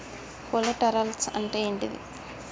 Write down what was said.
Collaterals అంటే ఏంటిది?